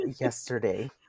Yesterday